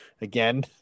again